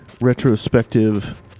retrospective